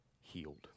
healed